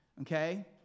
Okay